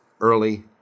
early